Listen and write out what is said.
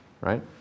right